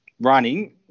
running